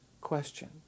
question